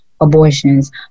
abortions